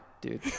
dude